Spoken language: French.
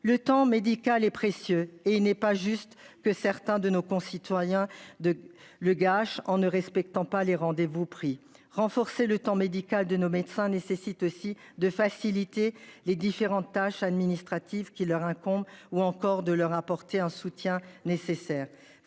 Le temps médical est précieux et il n'est pas juste que certains de nos concitoyens de le gâche en ne respectant pas les rendez vous pris renforcer le temps médical de nos médecins nécessite aussi de faciliter les différentes tâches administratives qui leur incombe, ou encore de leur apporter un soutien nécessaire